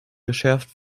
geschärft